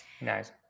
Nice